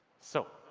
so,